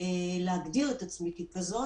להגדיר את עצמי ככזאת,